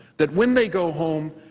that when they go home,